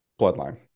bloodline